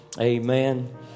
Amen